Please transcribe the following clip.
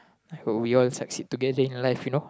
I hope we all succeed together in life you know